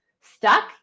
stuck